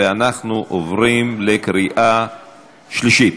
ואנחנו עוברים לקריאה שלישית.